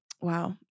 Wow